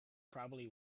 probably